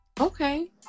Okay